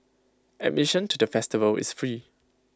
admission to the festival is free